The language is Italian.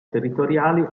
territoriali